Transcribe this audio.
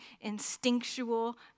instinctual